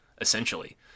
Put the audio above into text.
essentially